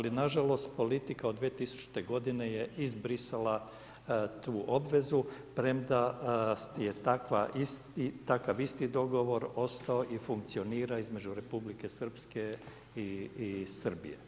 Ali nažalost politika od 2000. godine je izbrisala tu obvezu premda je takav isti dogovor ostao i funkcionira između Republike Srpske i Srbije.